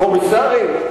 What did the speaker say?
קומיסרים?